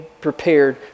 prepared